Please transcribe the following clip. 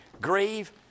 grieve